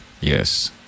Yes